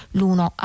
l'uno